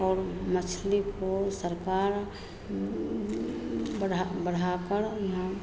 और मछली को सरकार बढ़ा बढ़ाकर यहाँ